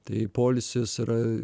tai poilsis yra